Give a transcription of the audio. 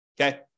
okay